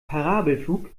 parabelflug